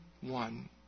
one